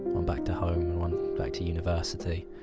one back to home and one back to university.